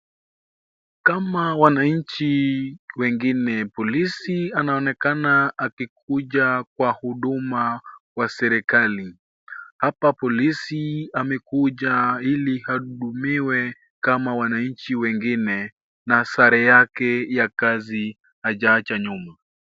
Kama wananchi wengine, polisi anaonekana akikuja kwa huduma wa serikali. Hapa polisi amekuja ili ahudumiwe kama wananchi wengine, na sare yake ya kazi hajaacha nyuma.